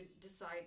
decide